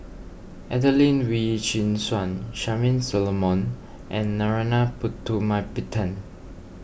Adelene Wee Chin Suan Charmaine Solomon and Narana Putumaippittan